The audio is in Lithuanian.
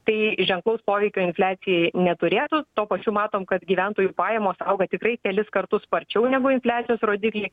tai ženklaus poveikio infliacijai neturėtų tuo pačiu matom kad gyventojų pajamos auga tikrai kelis kartus sparčiau negu infliacijos rodikliai